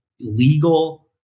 legal